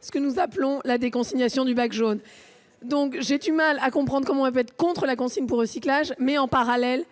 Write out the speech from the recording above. ce que nous appelons la déconsignation du bac jaune. J'ai du mal à comprendre comment on peut être contre la consigne pour recyclage, et déposer en parallèle